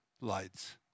lights